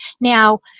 Now